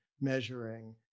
measuring